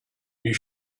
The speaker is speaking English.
you